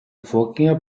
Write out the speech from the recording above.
vorgänger